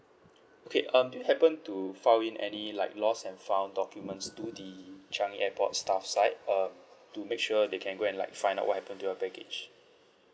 okay um do you happen to file in any like lost and found documents to the changi airport staff side uh to make sure they can go and like find out what happen to your baggage